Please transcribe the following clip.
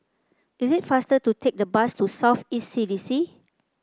is it faster to take the bus to South East C D C